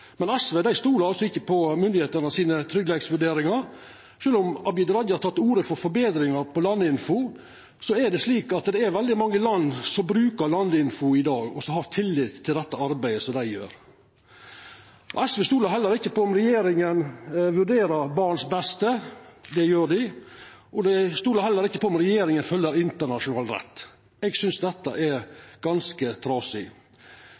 Men SV stolar altså ikkje på tryggleiksvurderingane til myndigheitene. Sjølv om Abid Q. Raja har teke til orde for forbetringar av Landinfo, er det veldig mange land som brukar Landinfo i dag, og som har tillit til det arbeidet dei gjer. SV stolar heller ikkje på at regjeringa vurderer barns beste – det gjer dei – og dei stolar heller ikkje på at regjeringa følgjer internasjonal rett. Eg synest dette er ganske trasig.